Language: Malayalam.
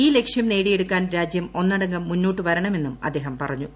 ഈ ലക്ഷ്യം നേടിയെടുക്കാൻ രാജ്യം ഒന്നടങ്കം മുന്നോട്ട് വരണമെന്നും അദ്ദേഹം പറഞ്ഞു